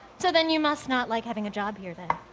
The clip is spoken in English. so then you must not like having a job here then,